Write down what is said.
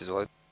Izvolite.